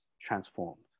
transformed